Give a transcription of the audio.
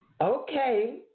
Okay